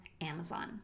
Amazon